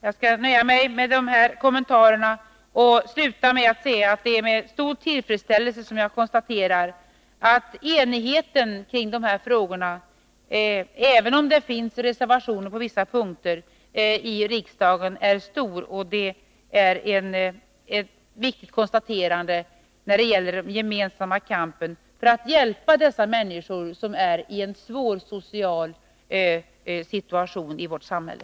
Jag skall nöja mig med dessa kommentarer och sluta med att säga att det är med stor tillfredsställelse som jag konstaterar att enigheten kring de här frågorna i riksdagen — även om det finns reservationer på vissa punkter — är stor. Det är ett viktigt konstaterande när det gäller den gemensamma kampen för att hjälpa dessa människor, som är i en svår social situation i vårt samhälle.